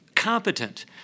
Competent